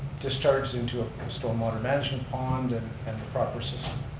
discharged into a storm water management pond and and the proper system.